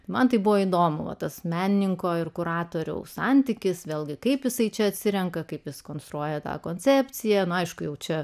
man tai buvo įdomu o tas menininko ir kuratoriaus santykis vėlgi kaip jisai čia atsirenka kaip jis konstruoja tą koncepciją aišku jaučiu